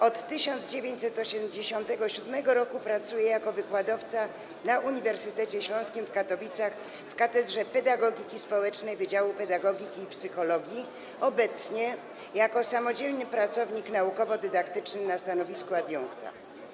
Od 1987 r. pracuje jako wykładowca na Uniwersytecie Śląskim w Katowicach, w Katedrze Pedagogiki Społecznej Wydziału Pedagogiki i Psychologii, obecnie jako samodzielny pracownik naukowo-dydaktyczny na stanowisku adiunkta.